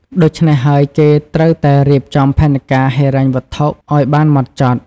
ដូច្នេះហើយគេត្រូវតែរៀបចំផែនការហិរញ្ញវត្ថុឲ្យបានម៉ត់ចត់។